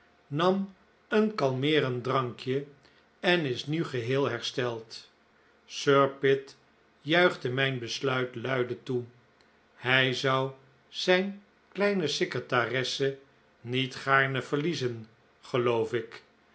nam een kalmeerend drankje en is nu geheel hersteld sir pitt juichte mijn besluit luide toe hij zou zijn kleine secretaresse niet gaarne verliezen geloof ik